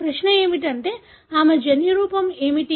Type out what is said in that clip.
ప్రశ్న ఏమిటంటే ఆమె జన్యురూపం ఏమిటి